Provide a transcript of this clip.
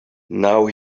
now